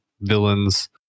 villains